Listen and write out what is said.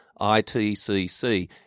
ITCC